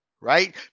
right